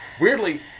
Weirdly